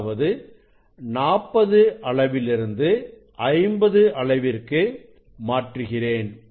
அதாவது 40 அளவிலிருந்து 50 அளவிற்கு மாற்றுகிறேன்